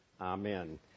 amen